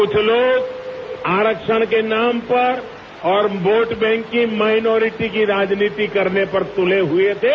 कृछ लोग आरक्षण के नाम पर और वोट बैंक की माइनॉरिटी की राजनीति करने पर तुले हुए थे